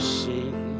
sing